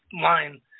line